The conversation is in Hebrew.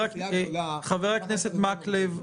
הוא דיבר שסיעה גדולה --- חבר הכנסת מקלב,